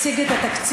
הציג את התקציב